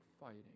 fighting